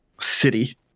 city